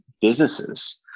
businesses